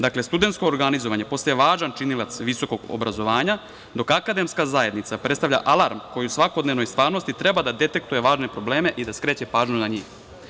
Dakle, studentsko organizovanje postaje važan činilac visokog obrazovanja, dok akademska zajednica predstavlja alarm koji u svakodnevnoj stvarnosti treba da detektuje važne probleme i da skreće pažnju na njih.